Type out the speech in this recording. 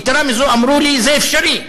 יתרה מזו, אמרו לי שזה אפשרי.